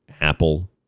Apple